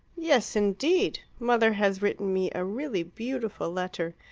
yes, indeed! mother has written me a really beautiful letter.